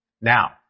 Now